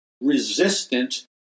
resistant